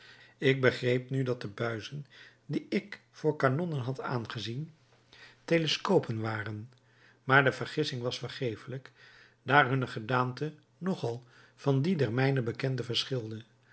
ik begreep nu dat de buizen die ik voor kanonnen had aangezien teleskopen waren maar de vergissing was vergeeflijk daar hunne gedaante nog al van die der mij bekende verschilde